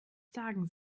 sagen